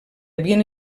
havien